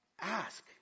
Ask